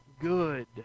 good